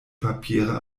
papiere